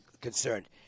concerned